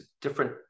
different